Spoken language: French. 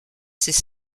c’est